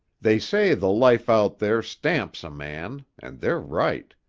they say the life out there stamps a man, and they're right.